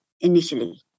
initially